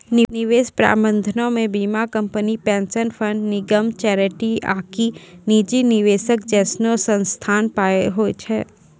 निवेश प्रबंधनो मे बीमा कंपनी, पेंशन फंड, निगम, चैरिटी आकि निजी निवेशक जैसनो संस्थान होय छै